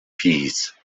peace